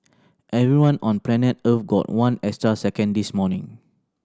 everyone on planet Earth got one extra second this morning